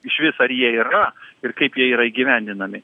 išvis ar jie yra ir kaip jie yra įgyvendinami